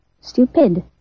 Stupid